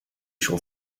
shall